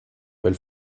weil